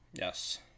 Yes